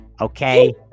okay